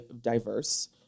diverse